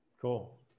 Cool